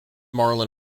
marlon